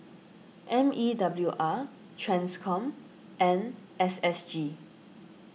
M E W R Transcom and S S G